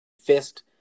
fist